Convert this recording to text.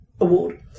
Award